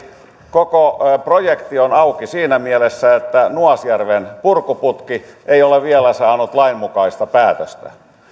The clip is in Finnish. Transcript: koko projekti on auki siinä mielessä että nuasjärven purkuputki ei ole vielä saanut lainmukaista päätöstä